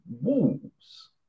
walls